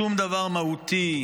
שום דבר מהותי,